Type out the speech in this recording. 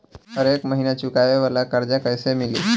हरेक महिना चुकावे वाला कर्जा कैसे मिली?